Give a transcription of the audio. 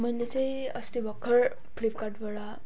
मैले चाहिँ अस्ति भर्खर फ्लिपकार्टबाट